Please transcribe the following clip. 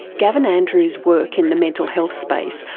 gavin andrews' work in the mental health space,